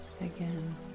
again